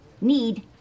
need